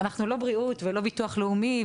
אנחנו לא בריאות ולא ביטוח לאומי,